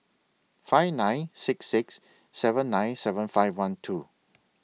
five nine six six seven nine seven five one two